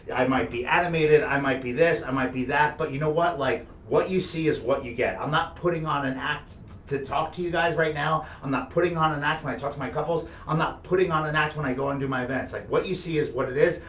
i might be animated, i might be this, i might be that, but you know what? like what you see is what you get. i'm not putting on an act to talk to you guys right now, i'm not putting on an act when i talk to my couples, i'm not putting on an act when i go and do my events. like what you see is what it is,